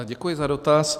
Děkuji za dotaz.